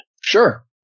Sure